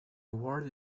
award